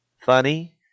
Funny